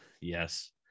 Yes